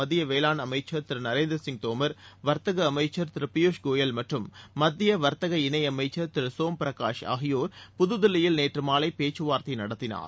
மத்திய வேளாண் அமைச்சர் திரு சிங் தோமர் நரேந்திர வர்த்தக அமைச்சர் திரு பியூஷ் கோயல் மற்றும் மத்திய வர்த்தக இணை அமைச்சர் திரு சோம் பிரகாஷ் ஆகியோர் புது தில்லியில் நேற்று மாலை பேச்சுவார்த்தை நடத்தினர்